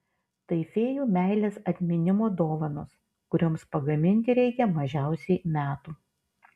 tai fėjų meilės atminimo dovanos kurioms pagaminti reikia mažiausiai metų